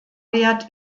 wert